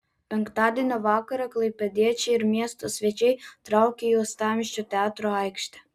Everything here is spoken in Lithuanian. penktadienio vakarą klaipėdiečiai ir miesto svečiai traukė į uostamiesčio teatro aikštę